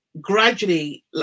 gradually